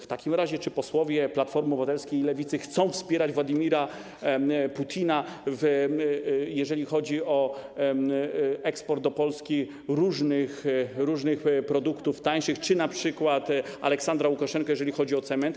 W takim razie czy posłowie Platformy Obywatelskiej i Lewicy chcą wspierać Władimira Putina, jeżeli chodzi o eksport do Polski różnych tańszych produktów, czy np. Aleksandra Łukaszenkę, jeżeli chodzi o cement?